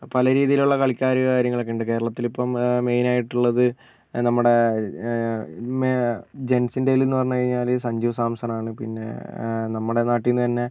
പല രീതിയിലുള്ള കളിക്കാർ കാര്യങ്ങളൊക്കെ ഉണ്ട് കേരളത്തിൽ ഇപ്പം മെയിൻ ആയിട്ടുള്ളത് നമ്മുടെ ജെൻസിന്റെയിൽ എന്ന് പറഞ്ഞു കഴിഞ്ഞാൽ സഞ്ജു സാംസൺ ആണ് പിന്നെ നമ്മുടെ നാട്ടിൽ നിന്ന് തന്നെ